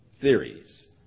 Theories